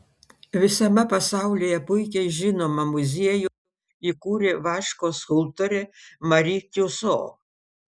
visame pasaulyje puikiai žinomą muziejų įkūrė vaško skulptorė mari tiuso